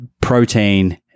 protein